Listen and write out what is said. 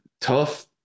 tough